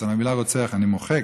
אז את המילה "רוצח" אני מוחק.